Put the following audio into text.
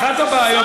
אחת הבעיות.